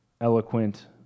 eloquent